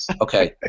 Okay